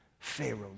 Pharaoh